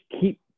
keep